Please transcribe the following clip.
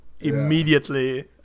immediately